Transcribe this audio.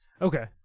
Okay